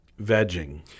vegging